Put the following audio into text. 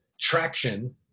traction